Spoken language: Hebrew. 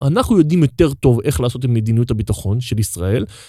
אנחנו יודעים יותר טוב איך לעשות את מדיניות הביטחון של ישראל.